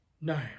no